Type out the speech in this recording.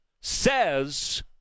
says